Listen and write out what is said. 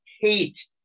hate